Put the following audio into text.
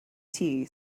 tea